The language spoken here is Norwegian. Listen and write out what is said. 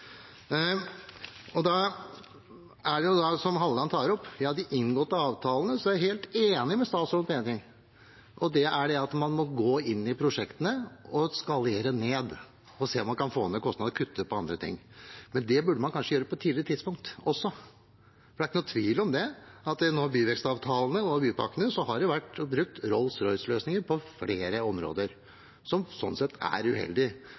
Da er det slik, som også Halleland tar opp, at når det gjelder de inngåtte avtalene, er jeg helt enig i statsrådens mening: Man må gå inn i prosjektene, skalere ned og se om man kan få ned kostnader ved å kutte på andre ting, men det burde man kanskje gjøre på et tidligere tidspunkt. Det er ingen tvil om at i byvekstavtalene og bypakkene har det vært brukt Rolls Royce-løsninger på flere områder, som slik sett er uheldig.